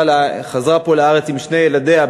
חזרה פה לארץ עם שני ילדיה,